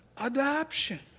adoption